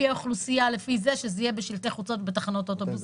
מי קבע לפי האוכלוסייה שזה יהיה בשלטי חוצות בתחנות אוטובוס,